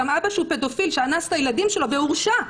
גם אבא שהוא פדופיל שאנס את הילדים שלו והורשע,